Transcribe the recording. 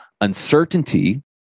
uncertainty